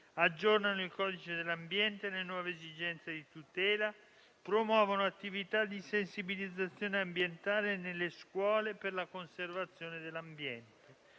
aggiornano il codice dell'ambiente e le nuove esigenze di tutela, promuovono attività di sensibilizzazione ambientale nelle scuole per la conservazione dell'ambiente,